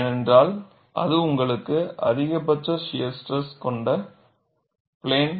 ஏனென்றால் இது உங்களுக்கு அதிகபட்ச ஷியர் ஸ்ட்ரெஸ் கொண்ட பிளேன்